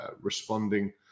responding